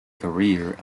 career